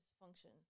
function